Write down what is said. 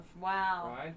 Wow